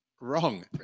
Wrong